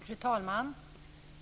Fru talman!